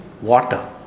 water